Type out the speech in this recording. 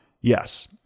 Yes